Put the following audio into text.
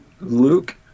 Luke